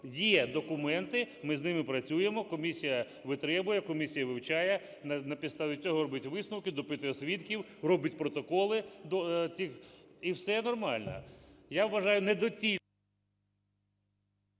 Є документи, ми з ними працюємо. Комісія витребує, комісія вивчає, на підставі цього робить висновки, допитує свідків, робить протоколи до цих, і все нормально. Я вважаю, недоцільно…